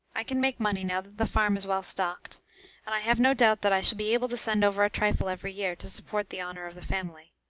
i can make money now that the farm is well stocked and i have no doubt that i shall be able to send over a trifle every year, to support the honor of the family.